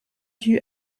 due